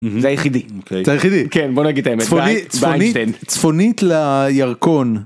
זה היחידי כן בוא נגיד צפונית צפונית לירקון.